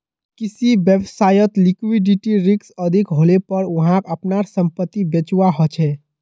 किसी व्यवसायत लिक्विडिटी रिक्स अधिक हलेपर वहाक अपनार संपत्ति बेचवा ह छ